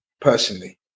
personally